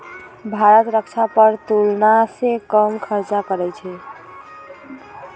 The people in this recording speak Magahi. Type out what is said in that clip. भारत रक्षा पर तुलनासे कम खर्चा करइ छइ